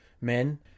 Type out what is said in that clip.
men